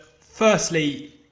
firstly